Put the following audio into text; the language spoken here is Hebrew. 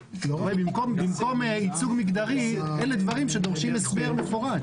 במקום ייצוג מגדרי, אלה דברים שדורשים הסבר מפורט.